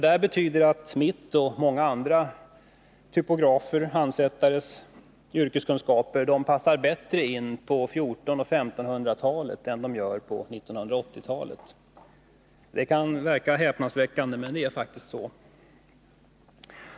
Det betyder att mina och många andra typografers och handsättares yrkeskunskaper passar bättre in på 1400 och 1500-talen än på 1980-talet. Det verkar häpnadsväckande, men det är faktiskt så.